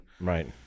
right